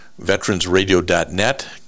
veteransradio.net